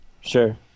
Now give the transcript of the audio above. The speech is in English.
Sure